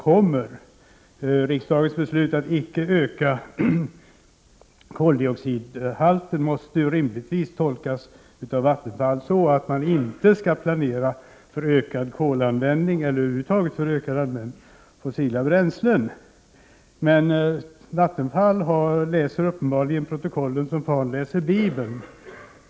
sfosallé brärslen Riksdagens beslut att icke öka koldioxidhalten måste ju rimligtvis tolkas av Vattenfall så att man inte skall planera för ökad kolanvändning eller över huvud taget för ökad användning av fossila bränslen. Men Vattenfall läser uppenbarligen protokollen som fan läser Bibeln.